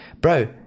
bro